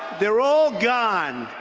they're all gone.